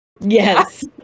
Yes